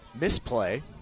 misplay